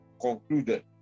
concluded